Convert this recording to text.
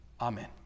Amen